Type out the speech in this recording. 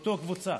באותה קבוצה.